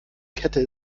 kette